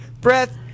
breath